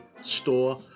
store